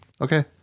okay